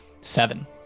Seven